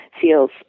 feels